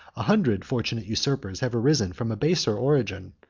a hundred fortunate usurpers have arisen from a baser origin,